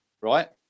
right